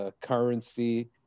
currency